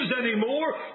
anymore